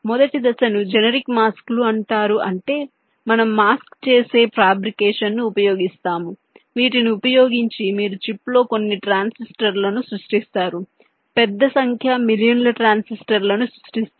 మొదటి దశను జెనరిక్ మాస్క్లు అంటారు అంటే మనము మనము మాస్క్ చేసే ఫ్యాబ్రికేషన్ను ఉపయోగిస్తాము వీటిని ఉపయోగించి మీరు చిప్లో కొన్ని ట్రాన్సిస్టర్లను సృష్టిస్తారు పెద్ద సంఖ్య మిలియన్ల ట్రాన్సిస్టర్లను సృష్టిస్తారు